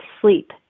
sleep